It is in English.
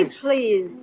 please